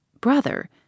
Brother